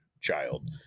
child